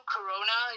Corona